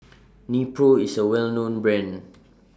Nepro IS A Well known Brand